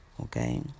Okay